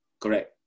correct